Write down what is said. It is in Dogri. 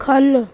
ख'ल्ल